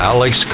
Alex